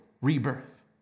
Rebirth